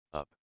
up